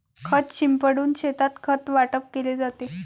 खत शिंपडून शेतात खत वाटप केले जाते